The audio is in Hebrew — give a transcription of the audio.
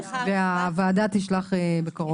והוועדה תשלח בקרוב הודעה.